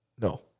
no